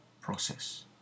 process